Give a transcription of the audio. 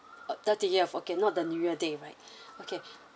uh thirtieth okay not the new year day alright okay